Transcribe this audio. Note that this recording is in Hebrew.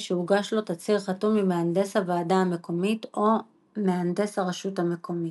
שהוגש לו תצהיר חתום ממהנדס הוועדה המקומית או מהנדס הרשות המקומית.